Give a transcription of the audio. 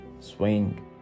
Swing